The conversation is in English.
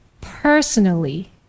personally